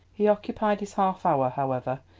he occupied his half hour, however,